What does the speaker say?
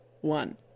one